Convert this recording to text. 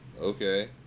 okay